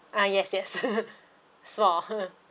ah yes yes sort of